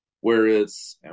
whereas